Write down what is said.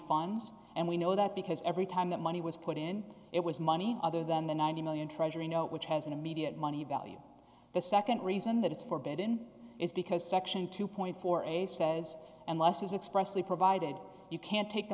funds and we know that because every time that money was put in it was money other than the ninety million treasury note which has an immediate money value the nd reason that it's forbidden is because section two four a says unless is expressly provided you can't take the